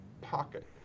pocket